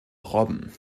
robben